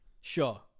sure